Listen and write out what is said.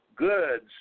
Goods